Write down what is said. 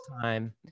time